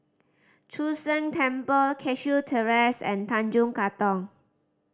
Chu Sheng Temple Cashew Terrace and Tanjong Katong